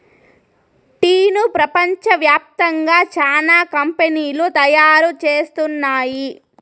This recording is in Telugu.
టీను ప్రపంచ వ్యాప్తంగా చానా కంపెనీలు తయారు చేస్తున్నాయి